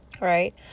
right